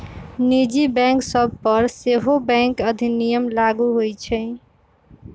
निजी बैंक सभ पर सेहो बैंक अधिनियम लागू होइ छइ